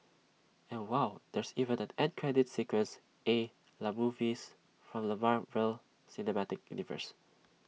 and wow there's even an end credit sequence A la movies from the Marvel cinematic universe